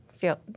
feel